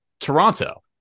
Toronto